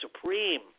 supreme